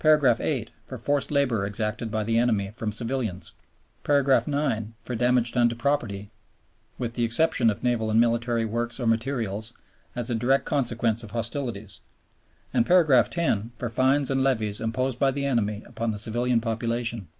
paragraph eight, for forced labor exacted by the enemy from civilians paragraph nine, for damage done to property with the exception of naval and military works or materials as a direct consequence of hostilities and paragraph ten, for fines and levies imposed by the enemy upon the civilian population.